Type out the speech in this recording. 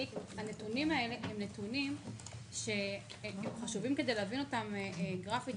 הנתונים האלה הם נתונים שחשובים כדי להבין אותם גרפית.